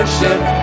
Worship